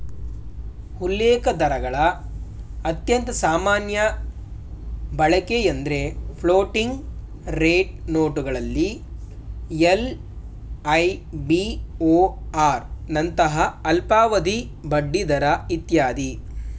ಉಲ್ಲೇಖದರಗಳ ಅತ್ಯಂತ ಸಾಮಾನ್ಯ ಬಳಕೆಎಂದ್ರೆ ಫ್ಲೋಟಿಂಗ್ ರೇಟ್ ನೋಟುಗಳಲ್ಲಿ ಎಲ್.ಐ.ಬಿ.ಓ.ಆರ್ ನಂತಹ ಅಲ್ಪಾವಧಿ ಬಡ್ಡಿದರ ಇತ್ಯಾದಿ